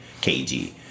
kg